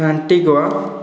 ଆଣ୍ଡିଗୋ